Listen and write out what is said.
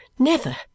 Never